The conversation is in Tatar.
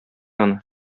аны